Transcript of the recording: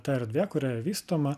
ta erdvė kurioje vystoma